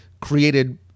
created